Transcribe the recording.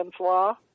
Law